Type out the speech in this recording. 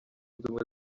ubumwe